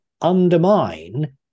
undermine